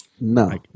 no